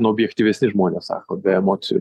nu objektyvesni žmonės sako be emocijų